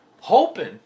hoping